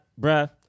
Bruh